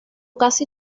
casi